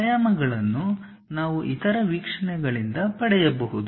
ಆಯಾಮಗಳನ್ನು ನಾವು ಇತರ ವೀಕ್ಷಣೆಗಳಿಂದ ಪಡೆಯಬಹುದು